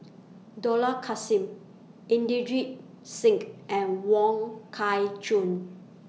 Dollah Kassim Inderjit Singh and Wong Kah Chun